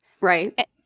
Right